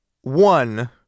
one